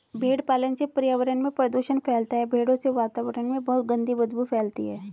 भेड़ पालन से पर्यावरण में प्रदूषण फैलता है भेड़ों से वातावरण में बहुत गंदी बदबू फैलती है